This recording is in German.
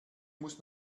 muss